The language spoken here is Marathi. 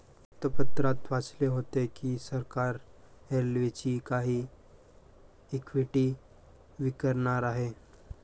वृत्तपत्रात वाचले होते की सरकार रेल्वेची काही इक्विटी विकणार आहे